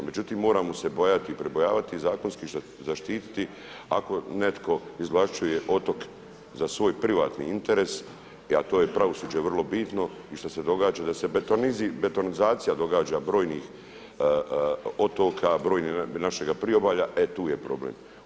Međutim, moramo se bojati i pribojavati, zakonski zaštiti ako netko izvlašćuje otok za svoj privatni interes, a to je pravosuđe vrlo bitno i što se događa da se betonizacija događa brojnih otoka, našega priobalja, e tu je problem.